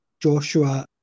Joshua